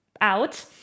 out